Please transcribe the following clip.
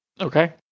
Okay